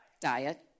Diet